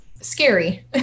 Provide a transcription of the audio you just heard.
scary